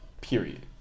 period